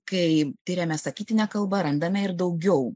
kai tiriame sakytinę kalbą randame ir daugiau